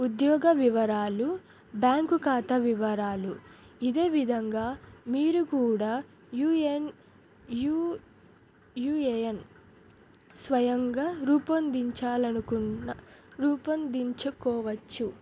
ఉద్యోగ వివరాలు బ్యాంకు ఖాతా వివరాలు ఇదే విధంగా మీరు కూడా యూఎన్ యూ యూఏఎన్ స్వయంగా రూపొందించాలనుకున్న రూపొందించుకోవచ్చు